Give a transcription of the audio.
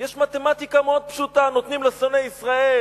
יש מתמטיקה מאוד פשוטה: נותנים לשונאי ישראל